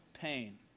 pain